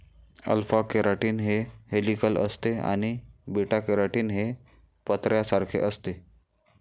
alpha keratin हे helical असते आणि बीटा केराटीन हे पत्र्यासारखे असते